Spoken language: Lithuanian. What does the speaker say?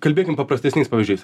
kalbėkim paprastesniais pavyzdžiais